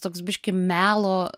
toks biški melo